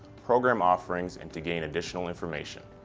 program offerings and to gain additional information.